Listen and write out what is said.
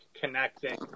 connecting